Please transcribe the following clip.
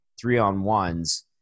three-on-ones